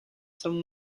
some